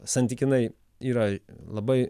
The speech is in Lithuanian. santykinai yra labai